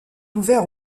ouvert